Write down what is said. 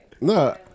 No